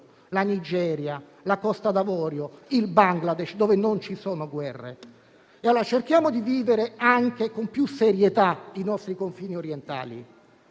la Nigeria, la Costa d'Avorio, il Bangladesh, dove non ci sono guerre. Ebbene, cerchiamo di vivere anche con più serietà i nostri confini orientali: